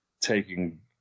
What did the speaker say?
taking